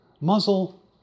muzzle